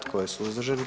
Tko je suzdržan?